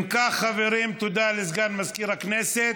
אם כך, תודה לסגן מזכירת הכנסת.